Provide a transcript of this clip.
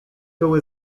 były